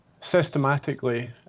systematically